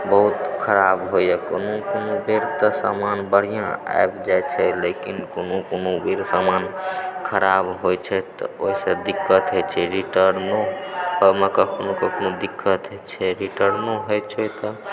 बहुत खराब होइया कोनो कोनो बेर तऽ सामान बढ़िआँ आबि जाइ छै लेकिन कोनो कोनो बेर सामान खराब होइ छै तऽ ओहिसँ दिक्कत होइत छै रिटर्नो होइमे कखनो कखनो दिक्कत होइत छै रिटर्नो होइत छै तऽ